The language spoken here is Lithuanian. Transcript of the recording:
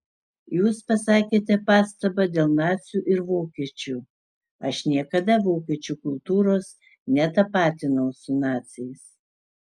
jūs pasakėte pastabą dėl nacių ir vokiečių aš niekada vokiečių kultūros netapatinau su naciais